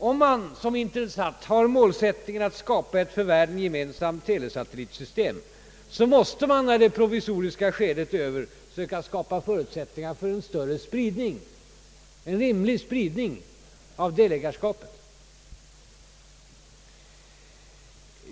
Om man såsom Intelsat har såsom målsättning att skapa ett förbättrat och för världen gemensamt telesatellitsystem, måste man när det provisoriska skedet är över söka skapa förutsättningar för en större och rimligare spridning av delägarskapet.